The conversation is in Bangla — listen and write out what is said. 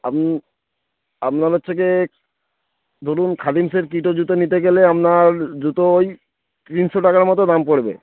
আপনি আপনার থেকে ধরুন খাদিমসের কীটো জুতো নিতে গেলে আপনার জুতো ওই তিনশো টাকার মতো দাম পড়বে